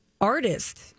artist